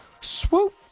Swoop